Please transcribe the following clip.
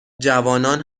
جوانان